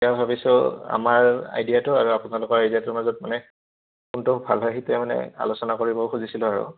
এতিয়া ভাবিছোঁ আমাৰ আইডিয়াটো আৰু আপোনালোকৰ আইডিয়াটোৰ মাজত মানে কোনটো ভাল হয় সেইটোৱেই মানে আলোচনা কৰিব খুজিছিলোঁ আৰু